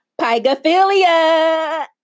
Pygophilia